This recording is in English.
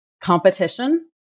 Competition